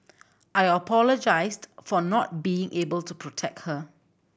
I apologised for not being able to protect her